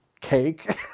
cake